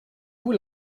vous